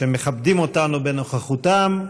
שמכבדים אותנו בנוכחותם.